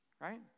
Right